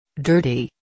Dirty